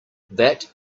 that